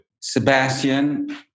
Sebastian